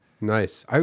Nice